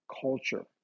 culture